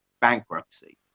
bankruptcy